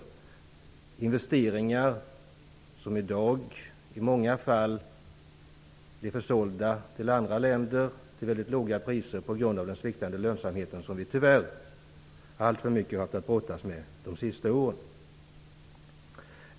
Det är investeringar som i dag i många fall blir försålda till andra länder till väldigt låga priser, på grund av den sviktande lönsamhet som vi tyvärr alltför mycket haft att brottas med de senaste åren.